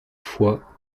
foi